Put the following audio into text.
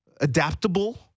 adaptable